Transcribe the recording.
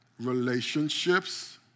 relationships